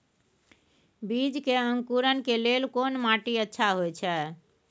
बीज के अंकुरण के लेल कोन माटी अच्छा होय छै?